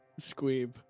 Squeeb